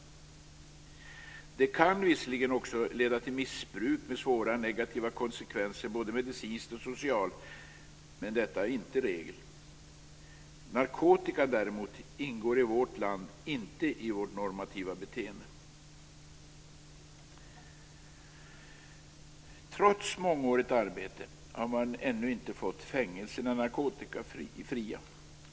Alkohol kan visserligen också leda till missbruk med svåra negativa konsekvenser både medicinskt och socialt, men detta är inte regel. Narkotikabruk däremot ingår i vårt land inte i vårt normativa beteende. Trots mångårigt arbete har man ännu inte fått fängelserna narkotikafria.